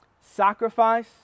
Sacrifice